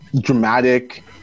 dramatic